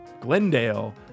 Glendale